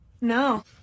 No